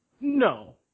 No